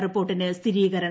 റിപ്പോർട്ടിന് സ്ഥിരീകരണം